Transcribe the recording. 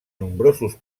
nombrosos